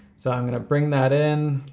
so i'm gonna bring that in